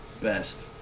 best